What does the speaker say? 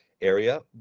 area